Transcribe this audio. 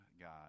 God